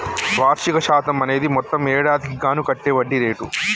వార్షిక శాతం అనేది మొత్తం ఏడాదికి గాను కట్టే వడ్డీ రేటు